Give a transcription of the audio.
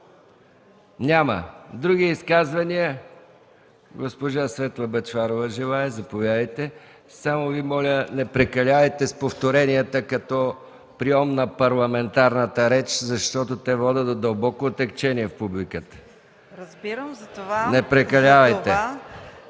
Няма. Други изказвания? Госпожа Светла Бъчварова желае. Само Ви моля, не прекалявайте с повторенията като прийом на парламентарната реч, защото те водят до дълбоко отегчение в публиката. (Реплика от народния представител